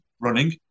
running